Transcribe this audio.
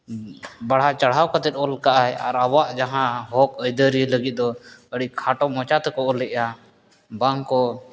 ᱵᱟᱲᱦᱟᱣ ᱪᱟᱲᱦᱟᱣ ᱠᱟᱛᱮ ᱠᱚ ᱚᱞ ᱠᱟᱜ ᱟᱭ ᱟᱨ ᱟᱵᱚᱣᱟᱜ ᱡᱟᱦᱟᱸ ᱦᱚᱸᱠ ᱟᱹᱭᱫᱟᱹᱨᱤ ᱞᱟᱹᱜᱤᱫ ᱫᱚ ᱟᱹᱰᱤ ᱠᱷᱟᱴᱳ ᱢᱟᱪᱷᱟᱛᱮᱚ ᱚᱞᱚᱮᱜᱼᱟ ᱵᱟᱝ ᱠᱚ